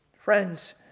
Friends